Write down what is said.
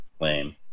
lame